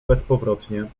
bezpowrotnie